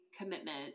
commitment